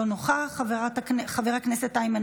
אינו